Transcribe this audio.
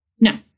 No